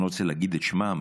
אני לא רוצה להגיד את שמם,